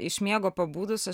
iš miego pabudus aš